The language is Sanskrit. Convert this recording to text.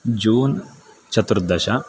जून् चतुर्दश